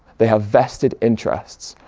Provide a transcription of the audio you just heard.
they have vested interests.